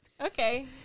Okay